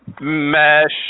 Mesh